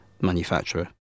manufacturer